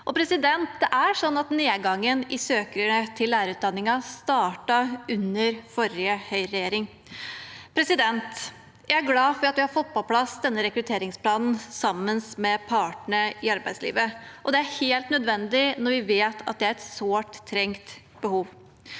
for lærere. Nedgangen i søkere til lærerutdanningen startet under forrige Høyreregjering. Jeg er glad for at vi har fått på plass denne rekrutteringsplanen sammen med partene i arbeidslivet, og det er helt nødvendig når vi vet at det er et sårt trengt behov.